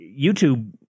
youtube